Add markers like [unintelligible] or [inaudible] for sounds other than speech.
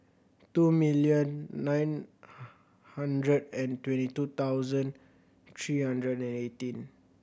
two million nine [unintelligible] hundred and twenty two thousand three hundred and eighteen